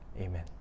Amen